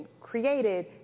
created